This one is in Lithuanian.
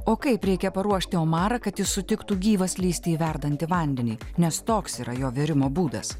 o kaip reikia paruošti omarą kad jis sutiktų gyvas lįsti į verdantį vandenį nes toks yra jo virimo būdas